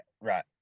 Right